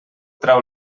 trau